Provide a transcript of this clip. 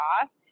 cost